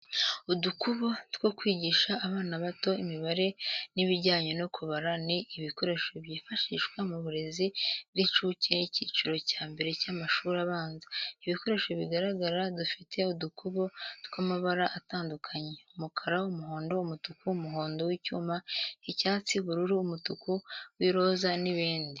Udukubo two kwigisha abana bato imibare n'ibijyanye no kubara ni ibikoresho byifashishwa mu burezi bw’incuke n’icyiciro cya mbere cy’amashuri abanza. Ibikoresho bigaragara dufite udukubo tw’amabara atandukanye umukara, umuhondo, umutuku, umuhondo w’icyuma, icyatsi, ubururu, umutuku w’iroza, n'ibindi.